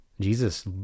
Jesus